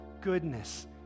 goodness